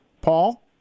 Paul